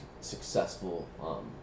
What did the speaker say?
successful